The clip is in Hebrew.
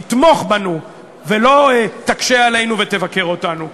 תתמוך בנו ולא תקשה עלינו ותבקר אותנו.